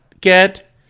get